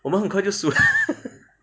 我们很快就输了